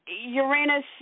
uranus